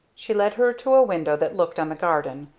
she led her to a window that looked on the garden,